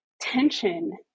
tension